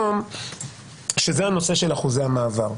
הנושא של אחוזי המעבר.